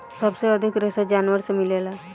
सबसे अधिक रेशा जानवर से मिलेला